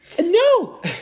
No